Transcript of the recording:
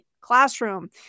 classroom